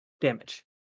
damage